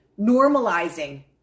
Normalizing